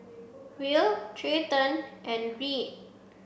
Will Treyton and Reed